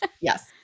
Yes